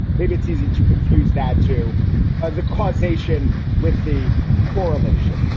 maybe it's easy to confuse that to ah the causation with the correlation.